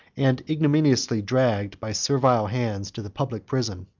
and ignominiously dragged by servile hands to the public prison.